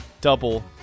Double